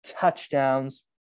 touchdowns